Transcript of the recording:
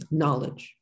knowledge